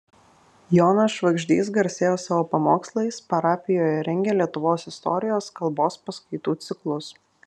jonas švagždys garsėjo savo pamokslais parapijoje rengė lietuvos istorijos kalbos paskaitų ciklus